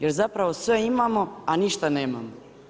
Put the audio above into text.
Jer zapravo sve imamo, a ništa nemamo.